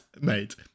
mate